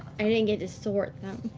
i didn't get to sort them.